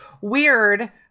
weird